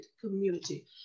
community